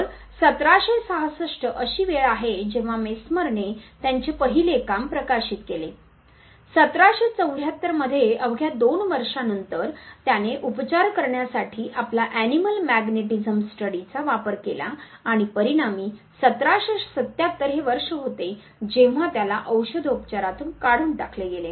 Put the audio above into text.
तर 1766 अशी वेळ आहे जेव्हा मेस्मरने त्यांचे पहिले काम प्रकाशित केले 1774 मध्ये अवघ्या दोन वर्षांनंतर त्याने उपचार करण्यासाठी आपला 'एनिमल मॅग्नेटीजम स्टडी'चा वापर केला आणि परिणामी 1777 हे वर्ष होते जेव्हा त्याला औषधोपचारातून काढून टाकले गेले